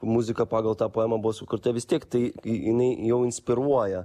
muzika pagal tą poemą buvo sukurta vis tiek tai jinai jau inspiruoja